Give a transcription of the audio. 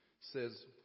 Says